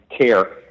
care